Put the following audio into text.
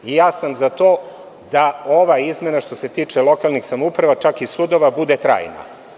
I ja sam za to da, ova izmena što se tiče lokalnih samouprava, čak i sudova, bude trajna.